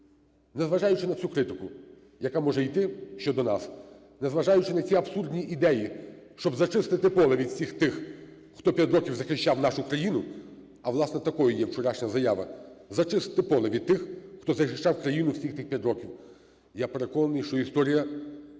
незважаючи на всю критику, яка може іти щодо нас, незважаючи на ці абсурдні ідеї, щоб зачистити поле від всіх тих, хто п'ять років захищав нашу країну, а власне, такою є вчорашня заява, зачистити поле від тих, хто захищав країну всі ці п'ять років, я переконаний, що історія дасть